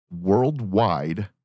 worldwide